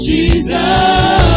Jesus